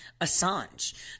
Assange